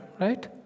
right